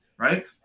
right